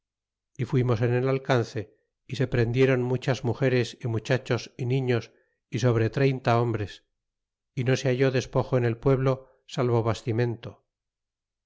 y fuimos en el alcance y se prendieron muchas mugeres y much achos y niños y sobre treinta hombres y no se halle despojo en el pueblo salvo bastimento